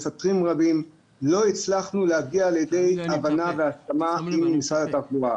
מפתחים רבים אך לא הצלחנו להגיע לכדי הבנה והתאמה עם משרד התחבורה.